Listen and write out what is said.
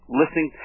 listening